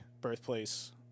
Birthplace